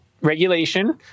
regulation